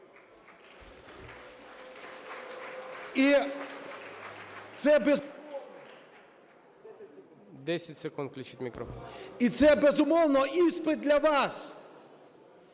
І це, безумовно, іспит для вас.